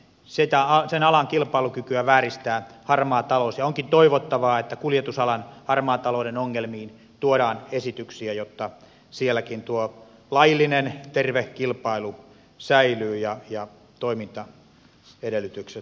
sen alan kilpailukykyä vääristää harmaa talous ja onkin toivottavaa että kuljetusalan harmaan talouden ongelmiin tuodaan esityksiä jotta sielläkin tuo laillinen terve kilpailu säilyy ja toimintaedellytykset ovat olemassa